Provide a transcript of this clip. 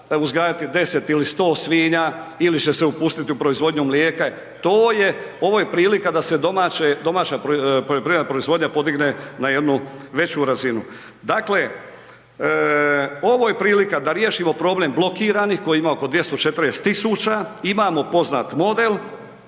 uzgajati 10 ili 100 svinja, ili će se upustiti u proizvodnju mlijeka, to je, ovo je prilika da se domaće, domaća poljoprivredna proizvodnja podigne na jednu veću razinu. Dakle, ovo je prilika da riješimo problem blokiranih kojih ima oko 240 tisuća, imamo poznat model,